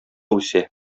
үсә